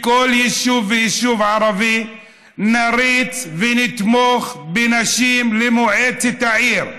בכל יישוב ויישוב ערבי נריץ ונתמוך בנשים למועצת העיר.